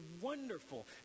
wonderful